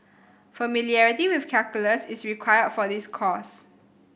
familiarity with calculus is required for this course